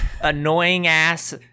annoying-ass